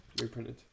reprinted